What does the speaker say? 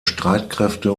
streitkräfte